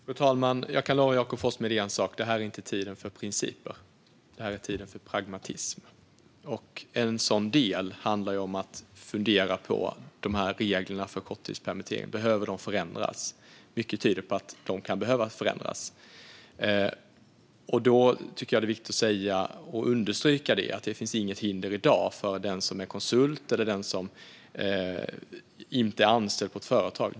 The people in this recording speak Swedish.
Fru talman! Jag kan lova Jakob Forssmed en sak: Det här är inte tiden för principer. Det här är tiden för pragmatism. En del i det handlar om att fundera på om reglerna för korttidspermittering behöver ändras. Mycket tyder på att de kan behöva ändras. Då tycker jag att det är viktigt att understryka att det inte finns något hinder i dag för den som är konsult eller som inte är anställd på ett företag.